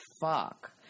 fuck